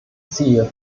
ziel